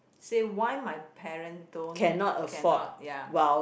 say why my parent don't cannot ya